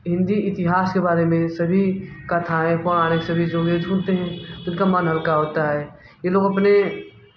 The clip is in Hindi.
हिंदी इतिहास के बारे में सभी कथाएँ पौराणिक सभी जो भी घूमते हैं तो उनका मन हल्का होता है ये लोग अपने